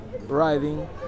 riding